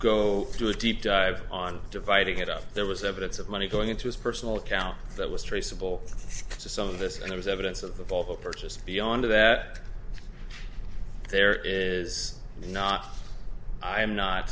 a deep dive on dividing it up there was evidence of money going into his personal account that was traceable to some of this and there was evidence of the ball purchase beyond that there is not i am not